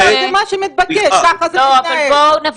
לא, אבל זה מה שמתבקש, ככה זה מתנהל.